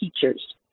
teachers